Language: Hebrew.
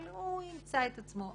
אבל הוא ימצא את עצמו.